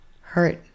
hurt